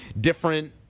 different